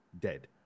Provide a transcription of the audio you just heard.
Dead